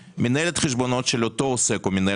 מנהלת חשבונות של אותו עוסק או מנהל